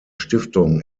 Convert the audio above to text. stiftung